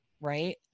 right